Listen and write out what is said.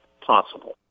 possible